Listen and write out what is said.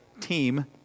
team